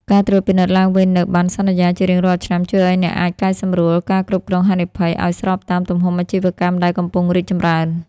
ការត្រួតពិនិត្យឡើងវិញនូវបណ្ណសន្យាជារៀងរាល់ឆ្នាំ ជួយឱ្យអ្នកអាចកែសម្រួល ការគ្រប់គ្រងហានិភ័យ ឱ្យស្របតាមទំហំអាជីវកម្មដែលកំពុងរីកចម្រើន។